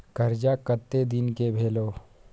कर्जा कत्ते दिन के भेलै?